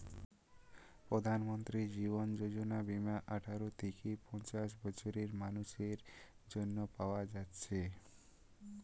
প্রধানমন্ত্রী জীবন যোজনা বীমা আঠারো থিকে পঞ্চাশ বছরের মানুসের জন্যে পায়া যাচ্ছে